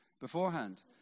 beforehand